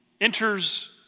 enters